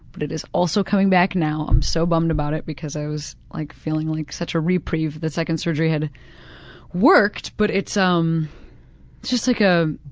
but it is also coming back now, i'm so bummed about it because i was like feeling like such a reprieve the second surgery had worked, but it's um just like a